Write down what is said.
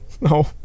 No